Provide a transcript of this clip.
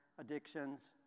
addictions